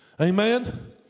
Amen